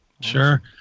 Sure